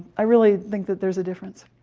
i really think that there's a difference.